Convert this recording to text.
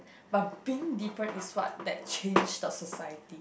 but being different is what that change the society